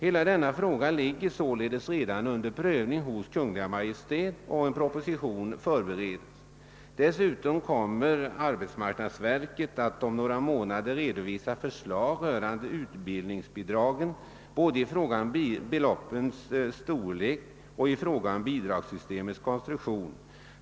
Hela denna fråga ligger således redan under prövning hos Kungl. Maj:t, och proposition förberedes. Dessutom kommer AMS att om några månader redovisa förslag röran de utbildningsbidragen både i fråga om beloppens storlek och i fråga om bidragssystemets konstruktion.